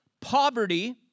poverty